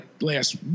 last